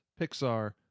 Pixar